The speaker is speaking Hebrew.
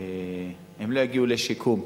הם לא יגיעו לשיקום,